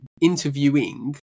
interviewing